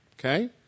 okay